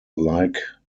like